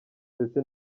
ndetse